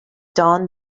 don